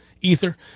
ether